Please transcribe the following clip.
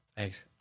Thanks